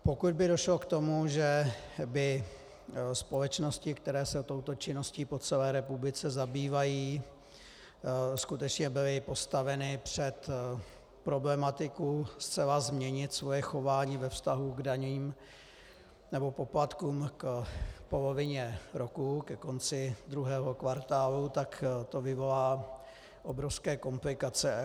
Pokud by došlo k tomu, že by společnosti, které se touto činností po celé republice zabývají, skutečně byly postaveny před problematiku zcela změnit svoje chování ve vztahu k daním nebo poplatkům v polovině roku, ke konci druhého kvartálu, tak to vyvolá obrovské komplikace.